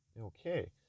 okay